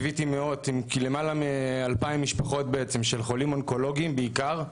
ליוויתי למעלה מ-2,000 משפחות של חולים אונקולוגיים בעיקר.